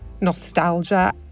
nostalgia